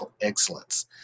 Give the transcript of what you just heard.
excellence